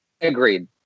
Agreed